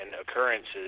occurrences